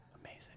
Amazing